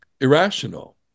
irrational